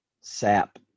sap